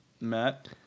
Matt